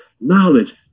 knowledge